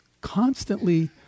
constantly